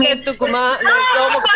יכולה לתת לי דוגמה לאזור מוגבל?